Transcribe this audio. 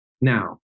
now